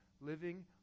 living